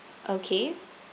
okay